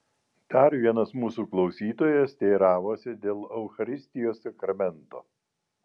dar vienas mūsų klausytojas teiravosi dėl eucharistijos sakramento